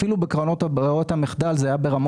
אפילו בקרנות בררות המחדל זה היה ברמה